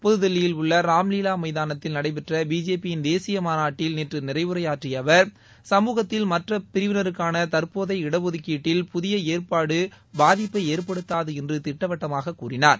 புதுதில்லியில் உள்ள ராம்லீலா மைதானத்தில் நடைபெற்ற பிஜேபியின் தேசிய மாநாட்டில் நேற்று நிறைவுரையாற்றிய அவா் சமூகத்தில் மற்ற பிரிவினருக்கான தற்போதைய இடஒதுக்கீட்டை புதிய ஏற்பாடு பாதிப்பை ஏற்படுத்தாது என்று திட்டவட்டமாக கூறினார்